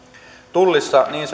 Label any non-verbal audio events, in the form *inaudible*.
tullissa niin *unintelligible*